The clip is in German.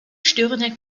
störenden